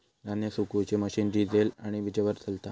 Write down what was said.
धान्य सुखवुची machine diesel आणि वीजेवर चलता